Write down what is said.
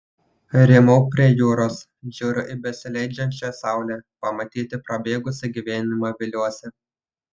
rymau prie jūros žiūriu į besileidžiančią saulę pamatyti prabėgusį gyvenimą viliuosi